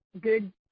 good